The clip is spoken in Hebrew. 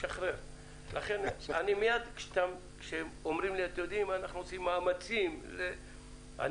לכן כשאומרים לי "אנחנו עושים מאמצים להעסיק...",